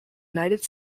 united